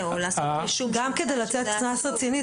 גם כדי לתת קנס רציני,